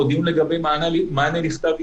או דיון לגבי מענה לכתב אישום,